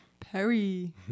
Perry